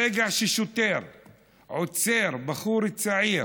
ברגע ששוטר עוצר בחור צעיר